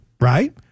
right